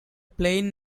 plane